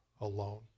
alone